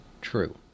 true